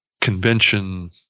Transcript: convention